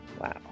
Wow